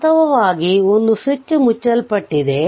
ವಾಸ್ತವವಾಗಿ ಒಂದು ಸ್ವಿಚ್ ಮುಚ್ಚಲ್ಪಟ್ಟಿದೆ